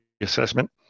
assessment